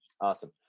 Awesome